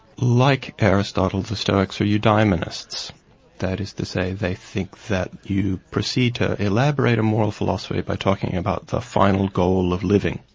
like aristotle, the stoics are eudemonists that is to say they think that you proceed to elaborate a moral philosophy by talking about the final goal of living,